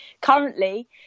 currently